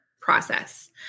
process